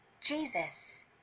Jesus